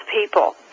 people